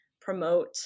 promote